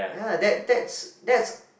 ya that that's that's